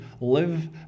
live